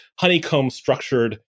honeycomb-structured